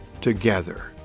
together